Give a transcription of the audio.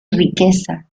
riqueza